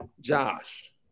Josh